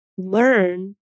Learn